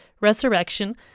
resurrection